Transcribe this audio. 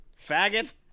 Faggot